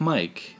Mike